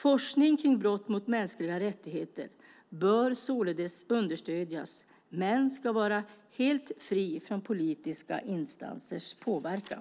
Forskning om brott mot mänskliga rättigheter bör således understödjas men ska vara helt fri från politiska instansers påverkan.